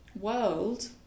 world